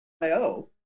IO